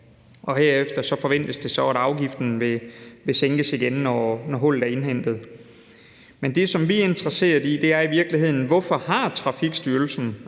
Herefter forventes det så, at afgiften vil sænkes igen, når hullet er indhentet. Men det, som vi er interesseret i, er i virkeligheden: Hvorfor har Trafikstyrelsen,